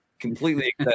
completely